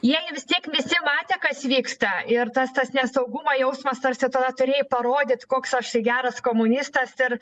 jie vis tiek visi matė kas vyksta ir tas tas nesaugumo jausmas tarsi tada turėjo parodyt koks aš geras komunistas ir